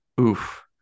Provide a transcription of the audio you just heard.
oof